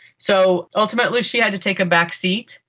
so ultimately she had to take a backseat.